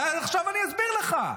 עכשיו אני אסביר לך.